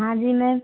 हाँ जी मेम